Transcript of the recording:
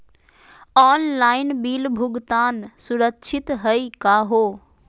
Online bill भुगतान सुरक्षित हई का हो?